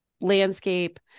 landscape